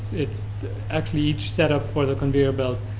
it's actually each set up for the conveyor belt